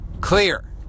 clear